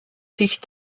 sich